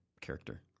character